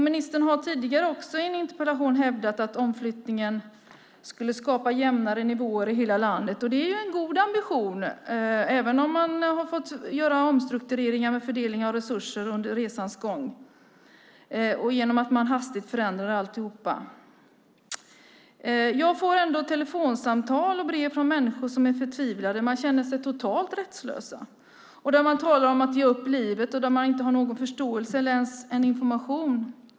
Ministern har också tidigare i ett interpellationssvar hävdat att omflyttningen skulle skapa jämnare nivåer i hela landet. Det är en god ambition, även om man har fått göra omstruktureringar med fördelning av resurser under resans gång och genom att man hastigt förändrar alltihop. Jag får ändå telefonsamtal och brev från människor som är förtvivlade. De känner sig totalt rättslösa. De talar om att ge upp livet. Man får inte någon förståelse eller ens information.